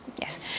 Yes